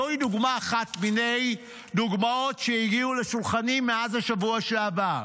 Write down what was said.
זוהי דוגמה אחת מני דוגמאות שהגיעו לשולחני מאז שבוע שעבר.